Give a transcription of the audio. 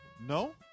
No